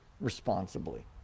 responsibly